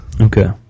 Okay